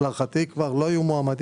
ולהערכתי כבר לא יהיו מועמדים.